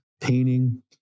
painting